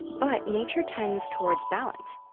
but nature tends towards balance,